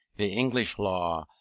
the english law,